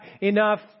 enough